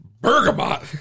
bergamot